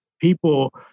people